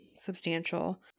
substantial